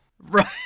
Right